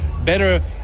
better